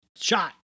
shot